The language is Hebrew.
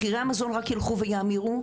מחירי המזון רק ילכו ויאמירו,